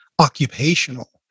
occupational